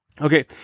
Okay